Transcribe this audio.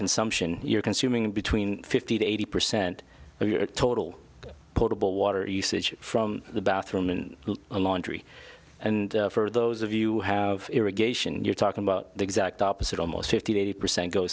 consumption you're consuming between fifty to eighty percent of your total potable water usage from the bathroom and laundry and for those of you have irrigation you're talking about the exact opposite almost fifty percent go